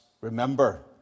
remember